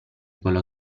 quello